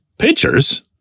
Pitchers